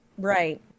Right